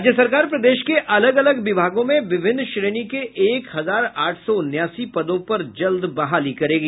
राज्य सरकार प्रदेश के अलग अलग विभागों में विभिन्न श्रेणी के एक हजार आठ सौ उनासी पदों पर जल्द ही बहाली करेगी